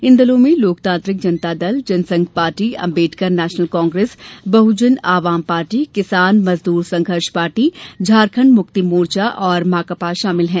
इन दलों में Loktantrik Janata Dal Jansangh party Ambedkar National Congress Bahujan Awam party Kisan Mazdoor Sangharsh party Jharkhand Mukti Morcha और माकपा शामिल हैं